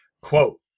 quote